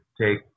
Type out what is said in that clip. take